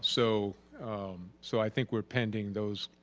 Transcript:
so so i think we're pending those